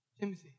Timothy